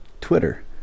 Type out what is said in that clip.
Twitter